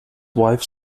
wife